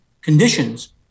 conditions